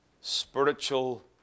spiritual